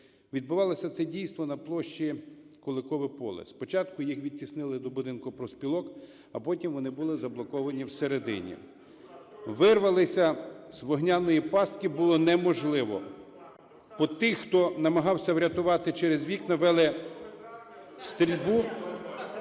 Відбувалося це дійство на площі Куликове поле. Спочатку їх відтіснили до Будинку профспілок, а потім вони були заблоковані всередині. Вирватися з вогняної пастки було неможливо. По тих, хто намагався врятуватися через вікна, вели стрільбу…